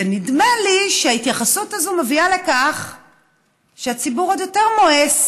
ונדמה לי שההתייחסות הזאת מביאה לכך שהציבור עוד יותר מואס